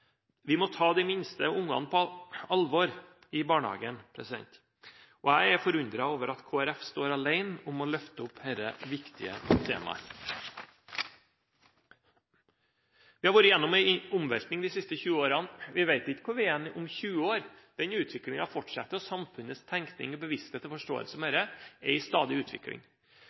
Vi må ta de minste ungene på alvor i barnehagen. Jeg er forundret over at Kristelig Folkeparti står alene om å løfte opp dette viktige temaet. Vi har vært gjennom en omveltning de siste tjue årene – vi vet ikke hvor vi er om tjue år. Den utviklinga fortsetter, og samfunnets tenkning, bevissthet og forståelse om dette er i stadig utvikling.